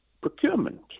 Procurement